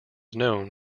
known